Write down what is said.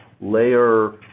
Layer